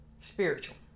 spiritual